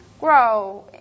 grow